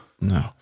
no